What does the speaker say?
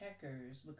checkers